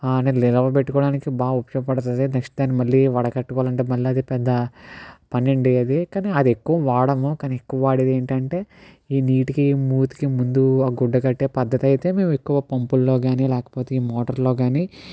నిల్వ పెట్టుకోవడానికి బాగా ఉపయోగడుతుంది నెక్స్ట్ దాన్ని మళ్ళీ వడకట్టుకోవాలంటే మళ్ళీ అది పెద్ద పని అండి అది కానీ అది ఎక్కువ వాడము కానీ ఎక్కువ వాడేది ఏంటంటే ఈ నీటికి మూతికి ముందు గుడ్డ కట్టే పద్ధతైతే మేము ఎక్కువ పంపుల్లో కానీ లేకపోతే ఈ మోటార్లో కానీ